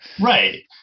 Right